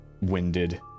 winded